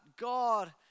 God